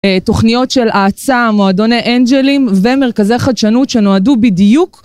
תוכניות של האצה, מועדוני אנג'לים ומרכזי חדשנות שנועדו בדיוק.